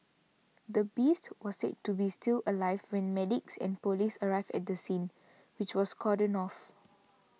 the beast was said to be still alive when medics and police arrived at the scene which was cordoned off